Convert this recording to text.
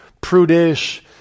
prudish